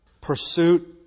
Pursuit